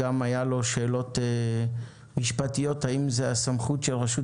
היו לגביו שאלות משפטיות האם זו הסמכות של רשות